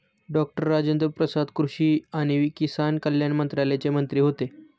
doctor Rajendra Prasad कृषी आणि किसान कल्याण मंत्रालयाचे मंत्री होते